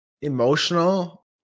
emotional